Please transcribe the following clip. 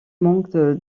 manque